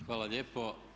Hvala lijepo.